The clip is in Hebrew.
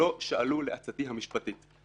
לא שאלו לעצתי המשפטית.